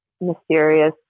mysterious